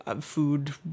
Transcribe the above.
food